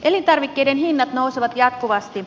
elintarvikkeiden hinnat nousevat jatkuvasti